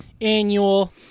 annual